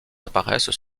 apparaissent